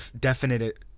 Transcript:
definite